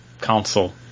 Council